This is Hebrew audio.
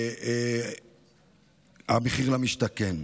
מחיר למשתכן.